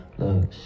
look